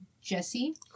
Jesse